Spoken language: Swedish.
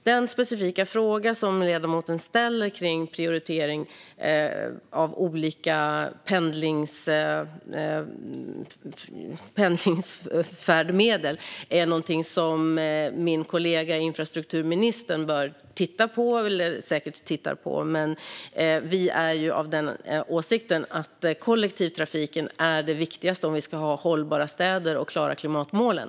Den specifika fråga som ledamoten ställer om prioritering av olika pendlingsfärdmedel är någonting som min kollega infrastrukturministern bör titta på och som han säkert också tittar på. Vi är av åsikten att kollektivtrafiken är det viktigaste om vi ska ha hållbara städer och klara klimatmålen.